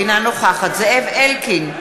אינה נוכחת זאב אלקין,